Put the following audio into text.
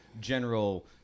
general